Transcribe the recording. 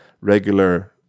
regular